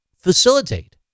facilitate